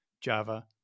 Java